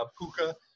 Puka